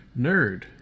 nerd